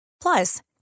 Plus